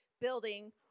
building